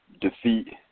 defeat